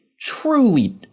truly